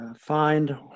find